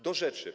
Do rzeczy.